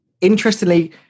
interestingly